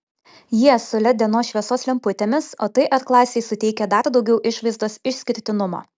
jie su led dienos šviesos lemputėmis o tai r klasei suteikia dar daugiau išvaizdos išskirtinumo